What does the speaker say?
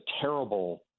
terrible